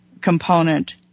component